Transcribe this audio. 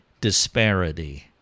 disparity